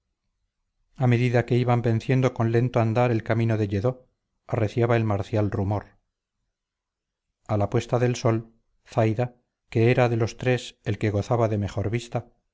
a medida que iban venciendo con lento andar el camino de lledó arreciaba el marcial rumor a la puesta del sol zaida que era de los tres el que gozaba de mejor vista